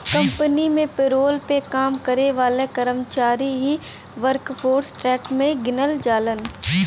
company में payroll पे काम करे वाले कर्मचारी ही वर्कफोर्स टैक्स में गिनल जालन